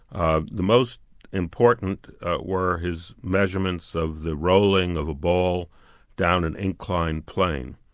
ah the most important were his measurements of the rolling of a ball down an inclined plane.